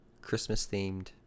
Christmas-themed